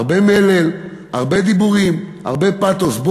הרבה מלל, הרבה דיבורים, הרבה פתוס.